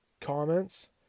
Comments